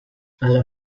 alla